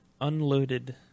unloaded